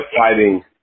fighting